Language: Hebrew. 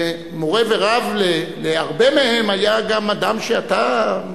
מורה ורב להרבה מהם היה גם אדם שאתה,